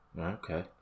Okay